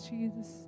Jesus